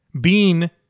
Bean